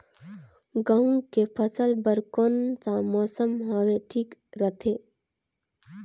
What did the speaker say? गहूं के फसल बर कौन सा मौसम हवे ठीक रथे?